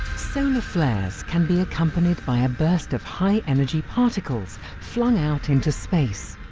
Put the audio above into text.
solar flares can be accompanied by a burst of high energy particles flung out into space,